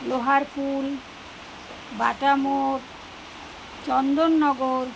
Loharpul Bata মোড় চন্দননগর